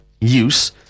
use